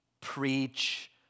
preach